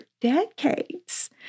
decades